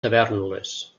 tavèrnoles